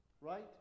right